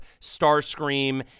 Starscream